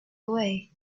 away